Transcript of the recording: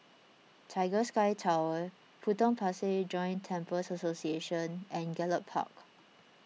Tiger Sky Tower Potong Pasir Joint Temples Association and Gallop Park